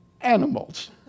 Animals